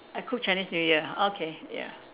I cook Chinese new year ah okay ya